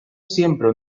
siempre